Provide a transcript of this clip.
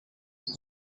wari